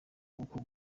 uku